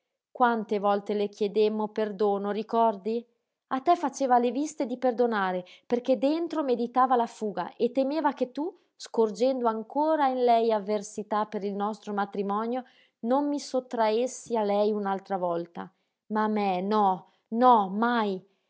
quante volte le chiedemmo perdono ricordi a te faceva le viste di perdonare perché dentro meditava la fuga e temeva che tu scorgendo ancora in lei avversità per il nostro matrimonio non mi sottraessi a lei un'altra volta ma a me no no mai